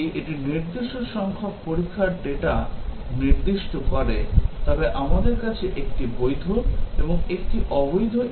যদি এটি নির্দিষ্ট সংখ্যক পরীক্ষার ডেটা নির্দিষ্ট করে তবে আমাদের কাছে 1 টি বৈধ এবং 1 টি অবৈধ equivalence class রয়েছে